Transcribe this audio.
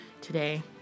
today